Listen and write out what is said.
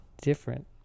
Different